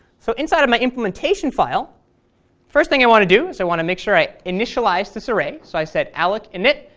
so inside of my implementation file the first thing i want to do is i want to make sure i initialize this array. so i said alloc init,